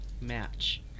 Match